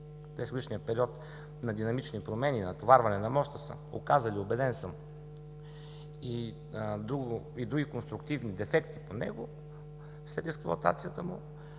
с 10-годишният период на динамични промени – на натоварване на моста, са оказали, убеден съм и други конструктивни дефекти по него след експлоатацията му.